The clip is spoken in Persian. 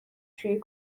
شویی